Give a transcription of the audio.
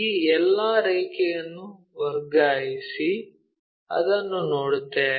ಈ ಎಲ್ಲಾ ರೇಖೆಯನ್ನು ವರ್ಗಾಯಿಸಿ ಅದನ್ನು ನೋಡುತ್ತೇವೆ